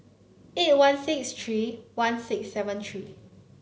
eight one six three one six seven three